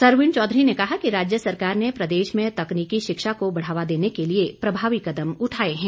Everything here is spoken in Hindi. सरवीण चौधरी ने कहा कि राज्य सरकार ने प्रदेश में तकनीकी शिक्षा को बढ़ावा देने के लिए प्रभावी कदम उठाए हैं